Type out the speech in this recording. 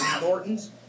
Norton's